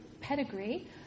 pedigree